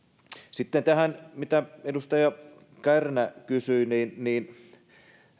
sitten tämä mitä edustaja kärnä kysyi voisi